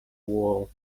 wall